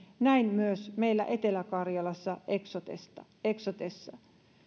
näin myös meillä etelä karjalassa eksotessa eksotessa